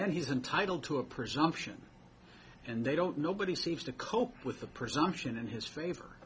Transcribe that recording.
then he's entitled to a presumption and they don't nobody seems to cope with the presumption in his favor